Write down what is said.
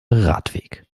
radweg